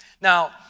Now